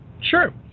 Sure